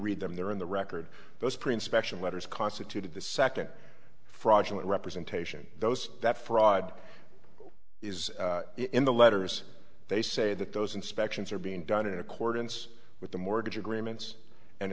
read them there in the record those principal action letters constituted the second fraudulent representation those that fraud is in the letters they say that those inspections are being done in accordance with the mortgage agreements